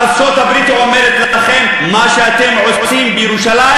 ארצות-הברית אומרת לכם: מה שאתם עושים בירושלים